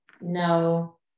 No